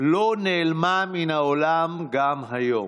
לא נעלמה מן העולם גם היום.